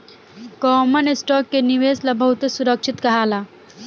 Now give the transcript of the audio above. common stock के निवेश ला बहुते सुरक्षित कहाला